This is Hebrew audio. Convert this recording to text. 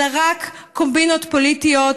אלא רק קומבינות פוליטיות